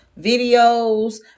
videos